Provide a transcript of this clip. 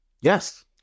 Yes